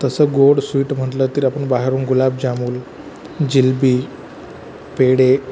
तसं गोड स्वीट म्हटलं तरी आपण बाहेरून गुलाब जामुन जिलबी पेढे